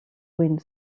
wind